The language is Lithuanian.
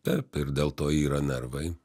tarp ir dėl to yra nervai